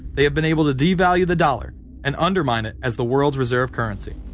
they have been able to devalue the dollar and undermine it. as the world's reserve currency.